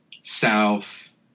South